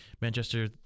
Manchester